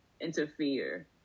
interfere